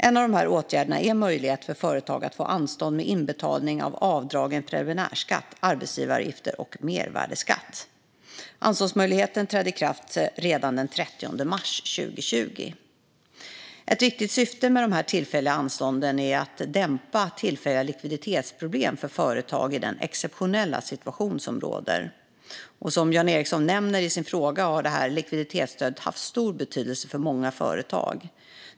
En av dessa åtgärder är möjligheten för företag att få anstånd med inbetalning av avdragen preliminärskatt, arbetsgivaravgifter och mervärdesskatt. Anståndsmöjligheten trädde i kraft redan den 30 mars 2020. Ett viktigt syfte med dessa tillfälliga anstånd är att dämpa tillfälliga likviditetsproblem för företag i den exceptionella situation som råder. Som Jan Ericson nämner i sin fråga har detta likviditetsstöd haft stor betydelse för många företag.